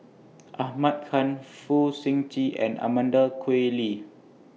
Ahmad Khan Fong Sip Chee and Amanda Koe Lee